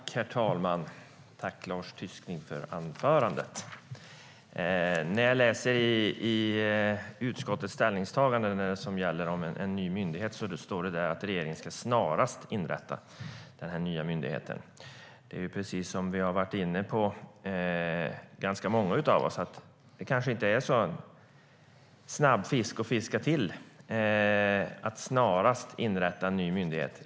Herr talman! Tack, Lars Tysklind, för anförandet! I utskottets ställningstagande angående ny myndighet står det att regeringen snarast ska inrätta denna nya myndighet. Ganska många av oss har varit inne på att det kanske inte är en så snabb fisk att fiska upp att snarast inrätta en ny myndighet.